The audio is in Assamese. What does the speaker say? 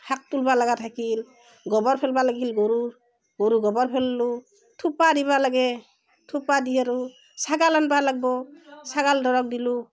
শাক তুলিব লগা থাকিল গোবৰ ফেলবা থাকিল গৰুৰ গৰুৰ গোবৰ ফেললোঁ থোপা দিব লাগে থোপা দি আৰু ছাগাল আনবা লাগিব ছাগাল দৰখ দিলোঁ